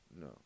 No